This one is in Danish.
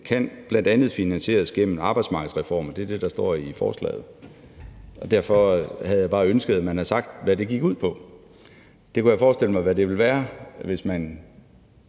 bl.a. kan finansieres gennem arbejdsmarkedsreformer. Det er det, der står i forslaget. Derfor havde jeg bare ønsket, at man havde sagt, hvad det gik ud på. Jeg kunne forestille mig, hvad det kunne være, hvis man